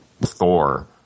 Thor